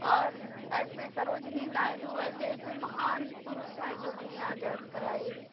और ऐसे सरोजनी नाइडू ऐसे ऐसे महान पुरुष हैं जो हमें आज़ाद कराए